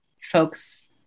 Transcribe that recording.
folks